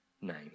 name